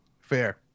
Fair